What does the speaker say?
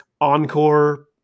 encore